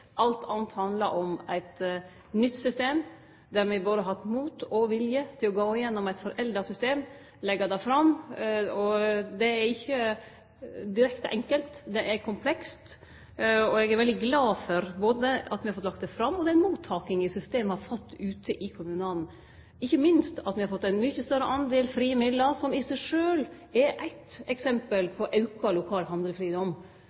Alt anna handla om eit nytt system, me har hatt både mot og vilje til å gå igjennom eit forelda system og å leggje det fram. Og det er ikkje direkte enkelt, det er komplekst. Eg er veldig glad for at me har fått lagt det fram, og for den mottakinga systemet har fått ute i kommunane. Ikkje minst er eg glad for at me har fått ein mykje større del frie midlar, som i seg sjølv er eitt eksempel